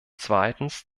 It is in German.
zweitens